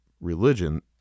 religion